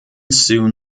soon